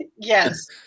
Yes